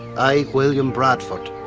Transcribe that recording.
i, william bradford,